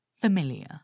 Familiar